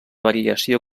variació